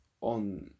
on